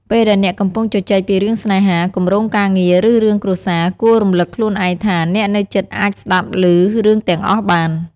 ពេលដែលអ្នកកំពុងជជែកពីរឿងស្នេហា គម្រោងការងារ ឬ រឿងគ្រួសារ គួររំលឹកខ្លួនឯងថាអ្នកនៅជិតអាចស្ដាប់លឺរឿងទាំងអស់បាន។